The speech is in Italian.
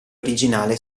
originale